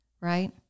right